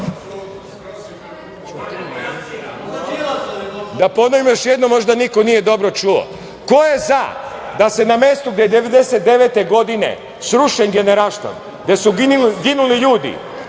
Da ponovim još jednom možda neko nije dobro čuo – ko je za da se mesto gde je 1999. godine srušen Generalštab, gde su ginuli ljudi,